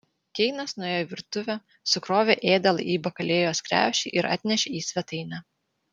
keinas nuėjo į virtuvę sukrovė ėdalą į bakalėjos krepšį ir atnešė į svetainę